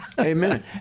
Amen